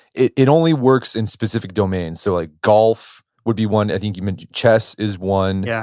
it it only works in specific domain. so like golf would be one. i think you mentioned chess is one, yeah